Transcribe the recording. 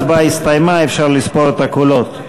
ההצבעה הסתיימה, אפשר לספור את הקולות.